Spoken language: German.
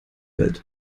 welt